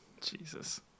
Jesus